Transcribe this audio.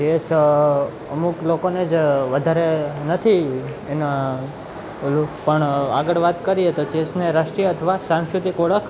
chess અમુક લોકોને જ વધારે નથી એના ઓલું પણ આગળ વાત કરીએ તો ચેસને રાષ્ટ્રીય અથવા સાંસ્કૃતિક ઓળખ